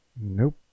Nope